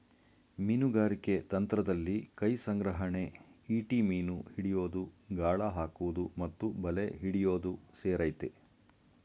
ಮೀನುಗಾರಿಕೆ ತಂತ್ರದಲ್ಲಿ ಕೈಸಂಗ್ರಹಣೆ ಈಟಿ ಮೀನು ಹಿಡಿಯೋದು ಗಾಳ ಹಾಕುವುದು ಮತ್ತು ಬಲೆ ಹಿಡಿಯೋದು ಸೇರಯ್ತೆ